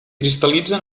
cristal·litza